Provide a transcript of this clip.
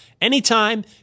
anytime